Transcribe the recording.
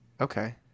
Okay